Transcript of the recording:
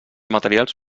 materials